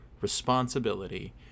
responsibility